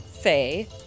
say